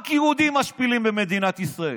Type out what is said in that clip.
רק יהודים משפילים במדינת ישראל.